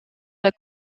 les